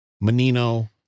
Menino